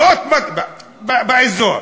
באזור.